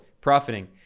profiting